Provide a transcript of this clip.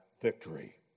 victory